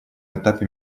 этапе